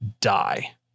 die